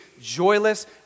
joyless